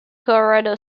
colorado